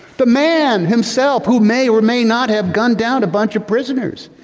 the man himself who may or may not have gunned down a bunch of prisoners.